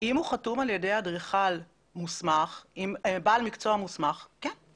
אם הוא חתום על ידי בעל מקצוע מוסמך, כן.